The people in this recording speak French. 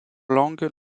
langues